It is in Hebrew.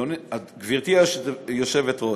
גברתי היושבת-ראש,